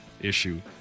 issue